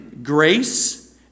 Grace